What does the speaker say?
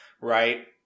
right